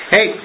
Hey